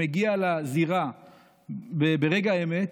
שמגיע לזירה ברגע האמת,